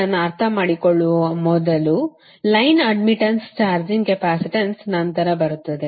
ಇದನ್ನು ಅರ್ಥಮಾಡಿಕೊಳ್ಳುವ ಮೊದಲು ಲೈನ್ ಅಡ್ಡ್ಮಿಟ್ಟನ್ಸ್ ಚಾರ್ಜಿಂಗ್ ಕೆಪಾಸಿಟನ್ಸ್ ನಂತರ ಬರುತ್ತದೆ